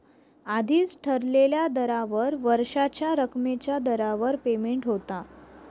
आधीच ठरलेल्या दरावर वर्षाच्या रकमेच्या दरावर पेमेंट होता